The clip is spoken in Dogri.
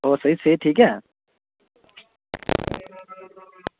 होर सेह्त ठीक ऐ